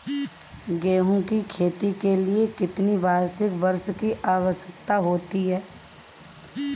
गेहूँ की खेती के लिए कितनी वार्षिक वर्षा की आवश्यकता होती है?